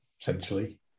essentially